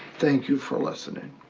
thank you for listening.